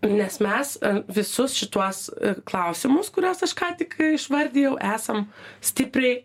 nes mes visus šituos klausimus kuriuos aš ką tik išvardijau esam stipriai